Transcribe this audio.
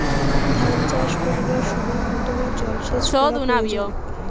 ধান চাষ করিবার সময় কতবার জলসেচ করা প্রয়োজন?